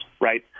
right